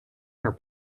her